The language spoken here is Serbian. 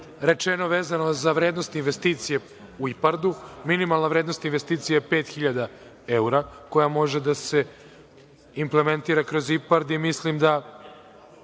rečeno vezano za vrednost investicije u IPARD- u. Minimalna vrednost investicije je pet hiljada evra, koja može da se implementira kroz IPARD i mislim da